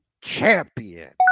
champion